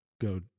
go